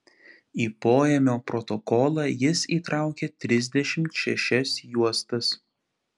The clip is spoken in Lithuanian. į poėmio protokolą jis įtraukė trisdešimt šešias juostas